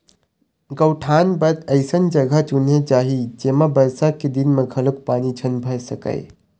गउठान बर अइसन जघा चुने जाही जेमा बरसा के दिन म घलोक पानी झन भर सकय